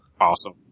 awesome